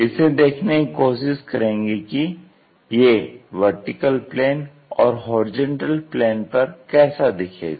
इसे देखने की कोशिश करेंगे कि ये VP और HP पर कैसा दिखेगा